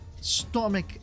stomach